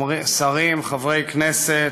שרים, חברי כנסת,